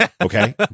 Okay